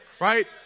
Right